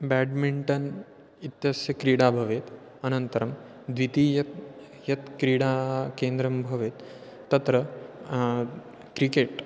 badminton इत्यस्य क्रीडा भवेत् अनन्तरं द्वितीयं यत् क्रीडाकेन्द्रं भवेत् तत्र क्रिकेट्